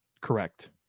Correct